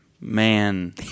man